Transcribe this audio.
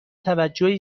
توجه